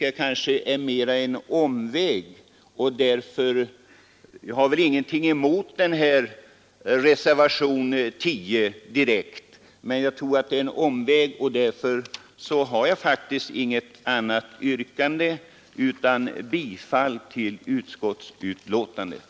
Jag har väl ingenting direkt emot reservationen 10, men jag tror att det är en omväg, och därför har jag faktiskt inget annat yrkande än om bifall till utskottets hemställan.